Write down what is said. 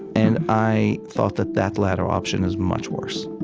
and i thought that that latter option is much worse